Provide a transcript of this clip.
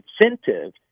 incentive